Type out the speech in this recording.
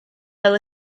fel